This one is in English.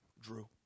Drew